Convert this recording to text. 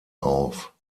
auf